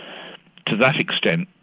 to that extent,